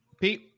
Pete